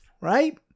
right